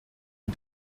die